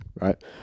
Right